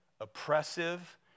oppressive